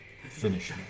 Finish